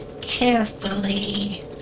carefully